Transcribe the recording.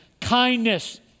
kindness